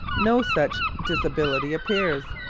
no such disability appears.